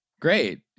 great